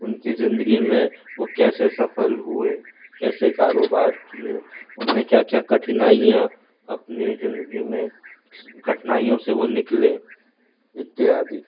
उनकी ज़िंदगी में वो कैसे सफ़ल हुए कैसे कारोबार किए उन्हें क्या क्या कठिनाइयाँ अपने ज़िंदगी में कठिनाइयों से वो निकले इत्यादि